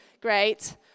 Great